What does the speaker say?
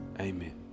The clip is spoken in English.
Amen